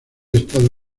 estado